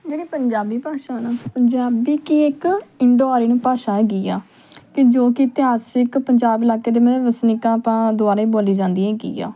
ਜਿਹੜੀ ਪੰਜਾਬੀ ਭਾਸ਼ਾ ਹੈ ਨਾ ਪੰਜਾਬੀ ਕੀ ਇੱਕ ਇੰਡੋ ਆਰੀਅਨ ਭਾਸ਼ਾ ਹੈਗੀ ਆ ਅਤੇ ਜੋ ਕਿ ਇਤਿਹਾਸਿਕ ਪੰਜਾਬ ਇਲਾਕੇ ਦੇ ਵਸਨੀਕਾਂ ਤਾਂ ਦੁਆਰਾ ਬੋਲੀ ਜਾਂਦੀ ਹੈਗੀ ਆ